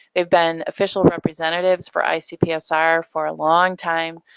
they've been official representatives for icpsr for a long time.